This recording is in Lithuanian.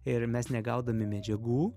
ir mes negaudami medžiagų